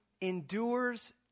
endures